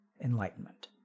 enlightenment